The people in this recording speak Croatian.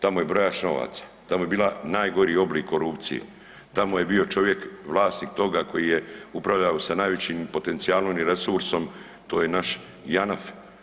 Tamo je brojač novaca, tamo je bila najgori oblik korupcije, tamo je bio čovjek vlasnik toga koji je upravljao sa najvećim potencijalom i resursom, to je naš Janaf.